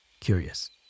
curious